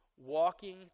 walking